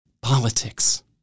politics